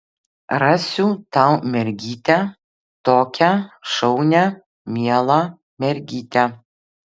rasiu tau mergytę tokią šaunią mielą mergytę